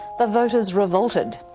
the voters revolted.